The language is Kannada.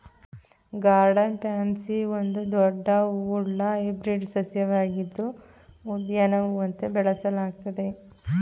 ಗಾರ್ಡನ್ ಪ್ಯಾನ್ಸಿ ಒಂದು ದೊಡ್ಡ ಹೂವುಳ್ಳ ಹೈಬ್ರಿಡ್ ಸಸ್ಯವಾಗಿದ್ದು ಉದ್ಯಾನ ಹೂವಂತೆ ಬೆಳೆಸಲಾಗ್ತದೆ